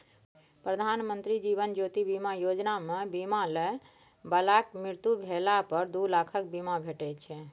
प्रधानमंत्री जीबन ज्योति बीमा योजना मे बीमा लय बलाक मृत्यु भेला पर दु लाखक बीमा भेटै छै